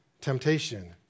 temptation